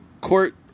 court